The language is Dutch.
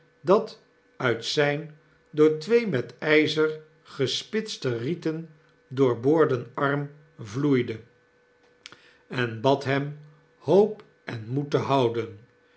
dat uit zyn door twee met ijzer gespitste rieten doorboorden arm vloeide en bad hem hoop en moed te behouden